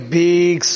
big